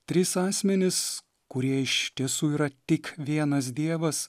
tris asmenis kurie iš tiesų yra tik vienas dievas